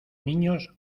niños